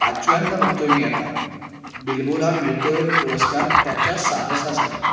पाचव्यांदा बघतो आहे मी आता बिल्बोला मिळतो आहे पुरस्कार त्याच्या साहसासाठी